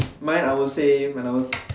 mine I'll say when I was